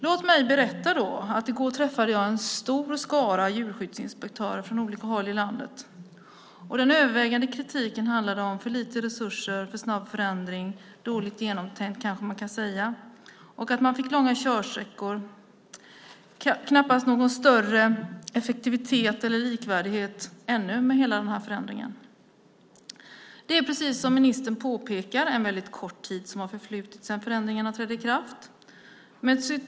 Jag vill då berätta att jag i går träffade en stor skara djurskyddsinspektörer från olika håll i landet. Kritiken handlade till övervägande del om för lite resurser, om en för snabb förändring, om att det - kan man kanske säga - var dåligt genomtänkt och om att det blev långa körsträckor. Det är knappast ännu någon större effektivitet eller likvärdighet med hela den här förändringen. Precis som ministern påpekar har en väldigt kort tid förflutit sedan förändringarna trädde i kraft.